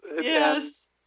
Yes